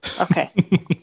Okay